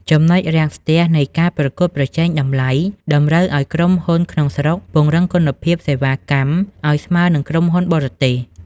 ចំណុចរាំងស្ទះនៃ "ការប្រកួតប្រជែងតម្លៃ" តម្រូវឱ្យក្រុមហ៊ុនក្នុងស្រុកពង្រឹងគុណភាពសេវាកម្មឱ្យស្មើនឹងក្រុមហ៊ុនបរទេស។